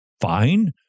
fine